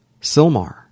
Silmar